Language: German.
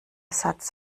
satz